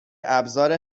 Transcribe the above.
ابزار